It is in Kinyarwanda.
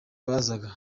bazaga